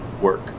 work